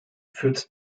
führt